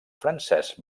francesc